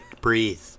breathe